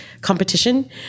competition